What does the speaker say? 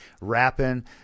rapping